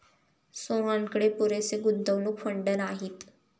सोहनकडे पुरेसे गुंतवणूक फंड नाहीत